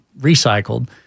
recycled